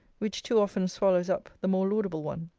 which too often swallows up the more laudable one.